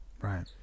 Right